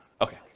Okay